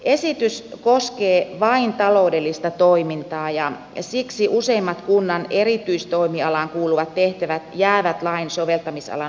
esitys koskee vain taloudellista toimintaa ja siksi useimmat kunnan erityistoimialaan kuuluvat tehtävät jäävät lain soveltamisalan ulkopuolelle